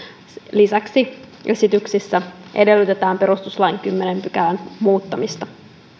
lisäksi esityksissä edellytetään perustuslain kymmenennen pykälän muuttamista